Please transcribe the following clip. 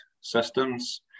systems